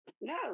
no